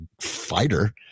fighter